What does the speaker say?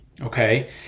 okay